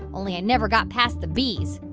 only i never got past the b's.